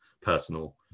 personal